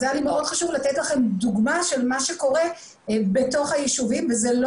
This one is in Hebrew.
היה לי מאוד חשוב לתת לכם דוגמה של מה שקורה בתוך הישובים וזאת לא